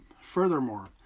Furthermore